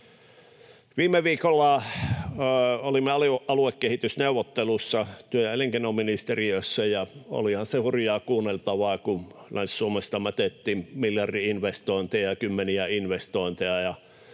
Viime viikolla olimme aluekehitysneuvotteluissa työ- ja elinkeinoministeriössä, ja olihan se hurjaa kuunneltavaa, kun Länsi-Suomeen mätettiin miljardi-investointeja ja kymmeniä investointeja